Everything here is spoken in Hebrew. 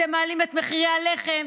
אתם מעלים את מחירי הלחם,